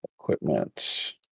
Equipment